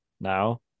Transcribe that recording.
now